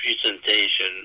presentation